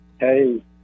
Hey